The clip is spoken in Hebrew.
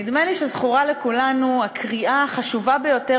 נדמה לי שזכורה לכולנו הקריאה החשובה ביותר